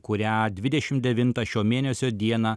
kurią dvidešim devinto šio mėnesio dieną